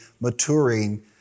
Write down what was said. maturing